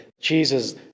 Jesus